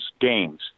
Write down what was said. games